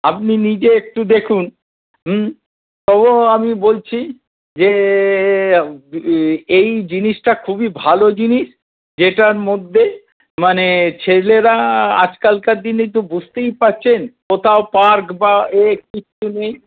আপনি নিজে একটু দেখুন হুম তবুও আমি বলছি যে এই জিনিসটা খুবই ভালো জিনিস এটার মধ্যে মানে ছেলেরা আজকালকার দিনে তো বুঝতেই পারছেন কোথাও পার্ক বা এ কিচ্ছু নেই